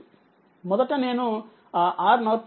మొదట నేను ఆ RN 2Ω కి వస్తున్నాను